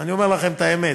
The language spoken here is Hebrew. אני אומר לכם את האמת,